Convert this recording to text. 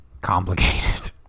complicated